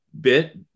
bit